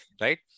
right